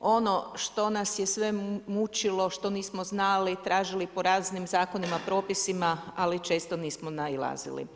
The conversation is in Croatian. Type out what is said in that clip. ono što nas je sve mučilo, što nismo znali, tražili po raznim zakonima, propisima, ali često nismo nailazili.